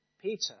Peter